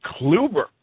Kluber